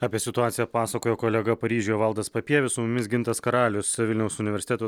apie situaciją pasakojo kolega paryžiuje valdas papievis su mumis gintas karalius vilniaus universiteto